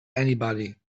anybody